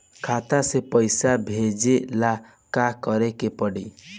खाता से पैसा भेजे ला का करे के पड़ी?